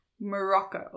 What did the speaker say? Morocco